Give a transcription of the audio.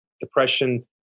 depression